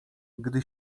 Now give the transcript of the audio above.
gdy